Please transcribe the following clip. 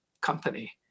company